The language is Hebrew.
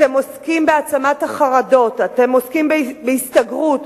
אתם עוסקים בהעצמת החרדות, אתם עוסקים בהסתגרות,